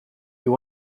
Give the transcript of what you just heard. you